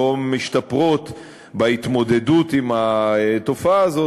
לא משתפרות בהתמודדות עם התופעה הזו,